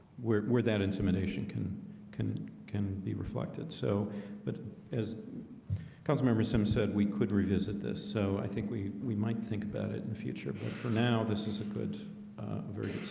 where where that intimidation can can can be reflected. so but as councilmember sim said we could revisit this so i think we we might think about it in the future but for now, this is a good very